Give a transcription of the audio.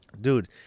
Dude